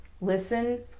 Listen